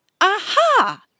Aha